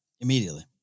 Immediately